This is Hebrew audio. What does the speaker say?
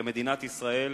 הרי מדינת ישראל